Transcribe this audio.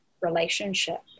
relationship